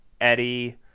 Eddie